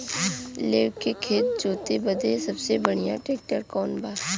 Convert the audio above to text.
लेव के खेत जोते बदे सबसे बढ़ियां ट्रैक्टर कवन बा?